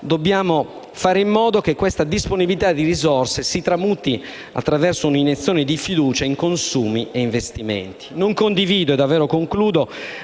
dobbiamo fare in modo che questa disponibilità di risorse si tramuti, attraverso un'iniezione di fiducia, in consumi e investimenti. Non condivido alcune